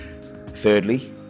Thirdly